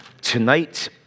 tonight